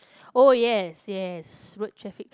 oh yes yes road traffic